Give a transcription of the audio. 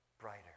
brighter